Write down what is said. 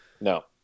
No